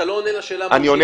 אתה לא עונה לשאלה שלי.